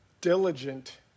diligent